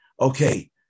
Okay